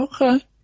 Okay